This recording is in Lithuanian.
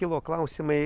kilo klausimai